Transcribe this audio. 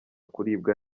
kuribwa